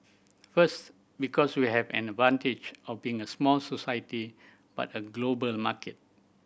first because we have an advantage of being a small society but a global market